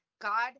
God